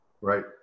Right